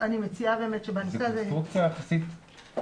זו קונסטרוקציה יחסית מורכבת.